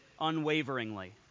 unwaveringly